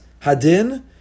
Hadin